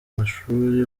amashuri